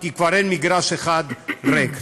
כי כבר אין מגרש אחד ריק.